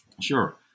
sure